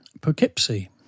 Poughkeepsie